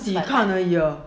我们自己看而已 eh